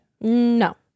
No